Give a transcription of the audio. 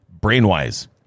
brain-wise